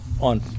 on